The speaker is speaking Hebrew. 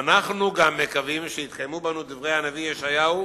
ואנחנו גם מקווים שיתקיימו בנו דברי הנביא ישעיהו: